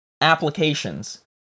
applications